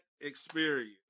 experience